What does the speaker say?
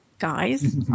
guys